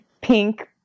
pink